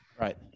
Right